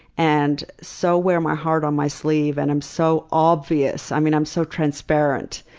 and so wear my heart on my sleeve. and i'm so obvious, i'm you know i'm so transparent.